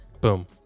Boom